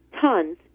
tons